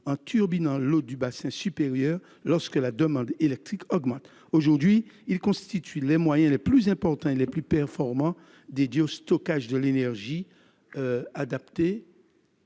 en turbinant l'eau du bassin supérieur lorsque la demande électrique augmente. Aujourd'hui, elles constituent les moyens les plus importants et les plus performants en termes de stockage d'énergie